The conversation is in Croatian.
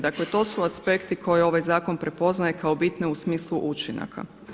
Dakle, to su aspekti koje ovaj zakon prepoznaje kao bitne u smislu učinaka.